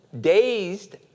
Dazed